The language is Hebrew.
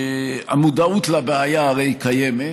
שהמודעות לבעיה הרי קיימת,